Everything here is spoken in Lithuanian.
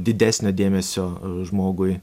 didesnio dėmesio žmogui